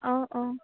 অঁ অঁ